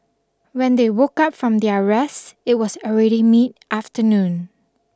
when they woke up from their rest it was already mid afternoon